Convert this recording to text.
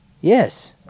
Yes